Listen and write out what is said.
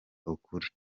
ukuri